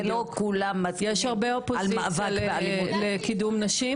-- ולא כולם מסכימים על מאבק באלימות נגד נשים.